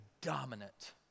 dominant